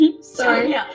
Sorry